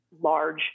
large